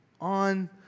on